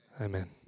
Amen